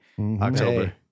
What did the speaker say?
October